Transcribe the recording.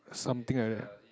something like that